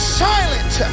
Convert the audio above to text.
silent